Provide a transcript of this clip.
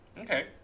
okay